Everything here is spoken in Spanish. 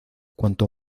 cuanto